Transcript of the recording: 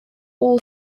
all